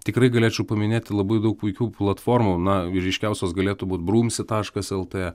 tikrai galėčiau paminėti labai daug puikių platformų na ir ryškiausios galėtų būti brumsi taškas lt